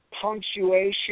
punctuation